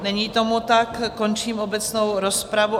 Není tomu tak, končím obecnou rozpravu.